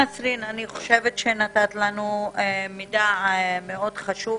נתת לנו מידע מאד חשוב.